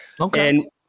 okay